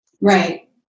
right